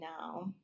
now